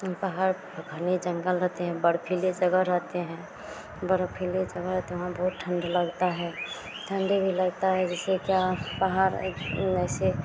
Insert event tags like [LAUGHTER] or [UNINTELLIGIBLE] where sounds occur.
उन पहाड़ पर घने जंगल रहते हैं बर्फ़ीली जगह रहती है बर्फ़ीली जगह रहती वहाँ बहुत ठण्ड लगती है ठण्डी भी लगती है जिससे क्या पहाड़ [UNINTELLIGIBLE] जैसे